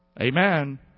Amen